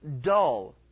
dull